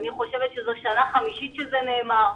אני חושבת שזו שנה חמישית שזה נאמר,